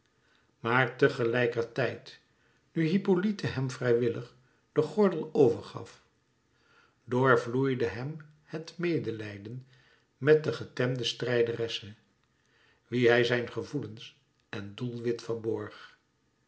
maar te gelijker tijd nu hippolyte hem vrijwillig den gordel over gaf door vloeide hem het medelijden met de getemde strijderesse wie hij zijn gevoelens en doelwit verborg